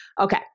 Okay